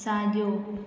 साॼो